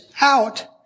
out